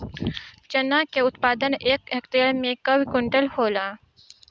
चना क उत्पादन एक हेक्टेयर में कव क्विंटल होला?